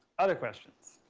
other questions?